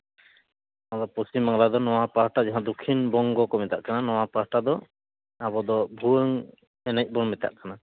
ᱱᱚᱣᱟ ᱫᱚ ᱯᱚᱥᱪᱤᱢ ᱵᱟᱝᱞᱟ ᱫᱚ ᱱᱚᱣᱟ ᱯᱟᱦᱴᱟ ᱡᱟᱦᱟᱸ ᱫᱚᱠᱷᱤᱱ ᱵᱚᱝᱜᱚ ᱠᱚ ᱢᱮᱛᱟᱜ ᱠᱟᱱᱟ ᱱᱚᱣᱟ ᱯᱟᱦᱴᱟ ᱫᱚ ᱟᱵᱚ ᱫᱚ ᱵᱷᱩᱣᱟᱹᱝ ᱮᱱᱮᱡ ᱵᱚᱱ ᱢᱮᱛᱟᱜ ᱠᱟᱱᱟ